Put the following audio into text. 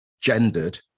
gendered